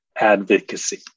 advocacy